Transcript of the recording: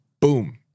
boom